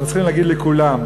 אנחנו צריכים להגיד לכולם: